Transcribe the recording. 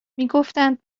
میگفتند